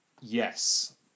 Yes